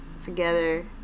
together